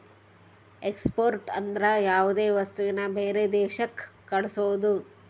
export ಅಂದ್ರ ಯಾವ್ದೇ ವಸ್ತುನ ಬೇರೆ ದೇಶಕ್ ಕಳ್ಸೋದು